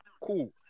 Cool